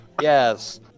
Yes